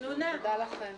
תודה רבה.